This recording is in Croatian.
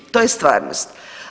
To je stvarnost.